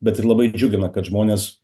bet ir labai džiugina kad žmonės